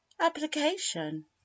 application